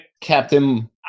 Captain